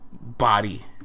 body